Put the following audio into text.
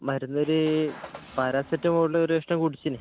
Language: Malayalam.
മരുന്ന് ഒരു പാരാസിറ്റമോള് ഒരു ദിവസത്തേ കുടിച്ചിന്